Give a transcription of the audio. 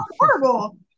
horrible